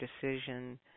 decision